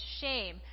shame